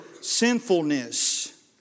sinfulness